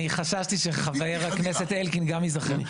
אני חששתי שחבר שהכנסת אלקין גם ייזכר.